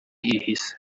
ihise